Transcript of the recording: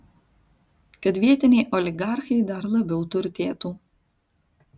kad vietiniai oligarchai dar labiau turtėtų